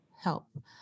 help